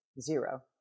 zero